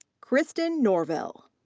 kristen norville.